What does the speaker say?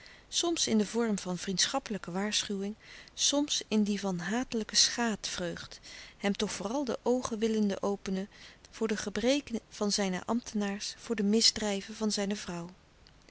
soms in den vorm van vriendschappelijke waarschuwing soms in die van hatelijke schaadvreugd hem toch vooral de oogen willende openen voor de gebreken van zijne ambtenaars voor de misdrijven van zijne vrouw